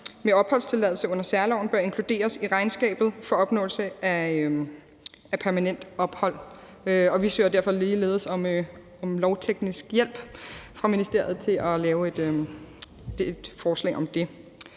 med opholdstilladelse under særloven, bør inkluderes i regnskabet for opnåelse af permanent ophold, og vi søger derfor ligeledes om lovteknisk hjælp fra ministeriet til at lave et forslag om det.